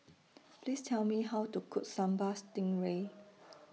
Please Tell Me How to Cook Sambal Stingray